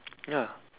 ya